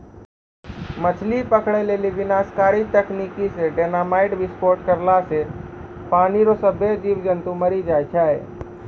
मछली पकड़ै लेली विनाशकारी तकनीकी से डेनामाईट विस्फोट करला से पानी रो सभ्भे जीब जन्तु मरी जाय छै